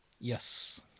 Yes